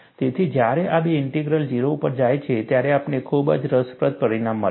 તેથી જ્યારે આ બે ઇન્ટિગ્રલ 0 ઉપર જાય છે ત્યારે આપણને ખૂબ જ રસપ્રદ પરિણામ મળે છે